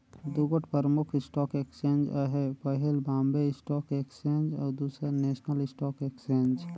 दुगोट परमुख stock exchange अहे पहिल बॉम्बे स्टाक एक्सचेंज अउ दूसर नेसनल स्टॉक एक्सचेंज